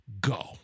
go